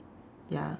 ya